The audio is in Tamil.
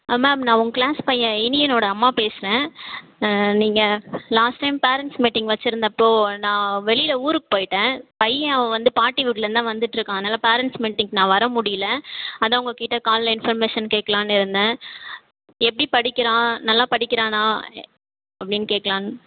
ஆ மேம் உங்கள் கிளாஸ் பையன் இனியனோடய அம்மா பேசுகிறன் ஆ நீங்கள் லாஸ்ட் டைம் பேரெண்ட்ஸ் மீட்டிங் வச்சுருந்தப்போ நான் வெளியில் ஊருக்கு போயிட்டன் பையன் வந்து பாட்டி ஊர்லேருந்து தான் வந்துட்டுருக்கான் ஆனால் நான் பேரெண்ட்ஸ் மீட்டிங்க்கு நான் வர முடியல அதான் உங்கிட்ட காலைல இன்ஃபர்மேஷன் கேட்கலாம்னு இருந்தன் எப்படி படிக்கிறான் நல்லா படிக்கிறானா அப்படினு கேட்கலாம்னு